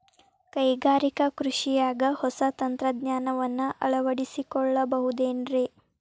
ಕೈಗಾರಿಕಾ ಕೃಷಿಯಾಗ ಹೊಸ ತಂತ್ರಜ್ಞಾನವನ್ನ ಅಳವಡಿಸಿಕೊಳ್ಳಬಹುದೇನ್ರೇ?